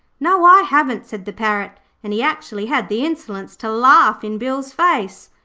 no, i haven't said the parrot, and he actually had the insolence to laugh in bill's face.